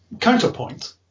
counterpoint